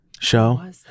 show